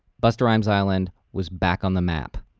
busta rhymes island was back on the map.